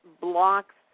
blocks